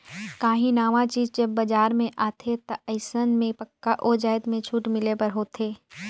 काहीं नावा चीज जब बजार में आथे ता अइसन में पक्का ओ जाएत में छूट मिले बर होथे